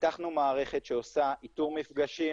פיתחנו מערכת שעושה איתור מפגשים